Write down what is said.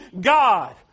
God